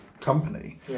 company